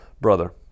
brother